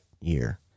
year